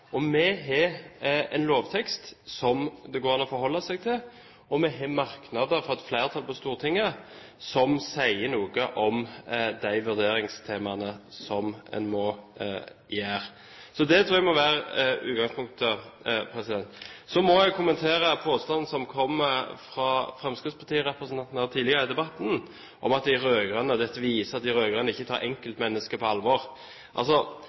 Vi har også en lovtekst som det går an å forholde seg til, og vi har merknader fra flertallet på Stortinget som sier noe om de vurderingene som en må gjøre. Det tror jeg må være utgangspunktet. Så må jeg kommentere påstanden fra fremskrittspartirepresentanten som kom tidligere i debatten, om at dette viser at de rød-grønne ikke tar enkeltmennesker på alvor.